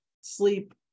sleep